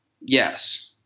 Yes